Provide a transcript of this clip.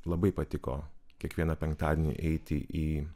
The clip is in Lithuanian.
labai patiko kiekvieną penktadienį eiti į